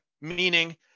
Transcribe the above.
Meaning